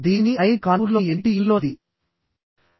నేను దీనిని ఐఐటి కాన్పూర్లోని ఎన్పిటిఇఎల్ మూక్ నుండి ఇస్తున్నాను